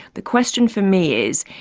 the question for me is,